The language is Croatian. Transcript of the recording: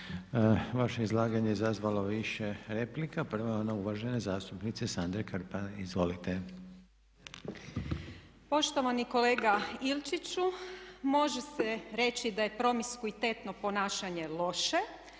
Vaše izlaganje izazvalo je više replika. Prva je ona uvažene zastupnice Sandre Krpan. Izvolite. **Krpan, Sandra (SDP)** Poštovani kolega Ilčiću, može se reći da je promiskuitetno ponašanje loše